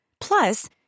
Plus